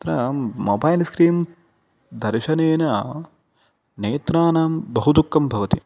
अत्र mobile screen दर्शनेन नेत्राणां बहु दुःखं भवति